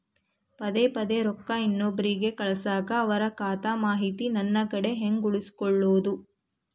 ಪದೆ ಪದೇ ರೊಕ್ಕ ಇನ್ನೊಬ್ರಿಗೆ ಕಳಸಾಕ್ ಅವರ ಖಾತಾ ಮಾಹಿತಿ ನನ್ನ ಕಡೆ ಹೆಂಗ್ ಉಳಿಸಿಕೊಳ್ಳೋದು?